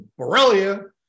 Borrelia